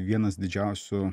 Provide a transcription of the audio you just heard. vienas didžiausių